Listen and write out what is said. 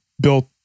built